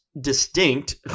distinct